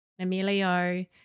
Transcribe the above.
Emilio